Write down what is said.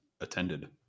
attended